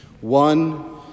One